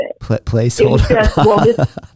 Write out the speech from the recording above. Placeholder